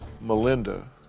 Melinda